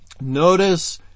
Notice